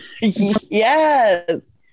Yes